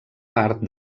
part